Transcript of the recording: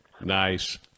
Nice